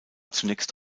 zunächst